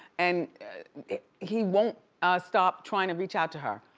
and he won't stop trying to reach out to her.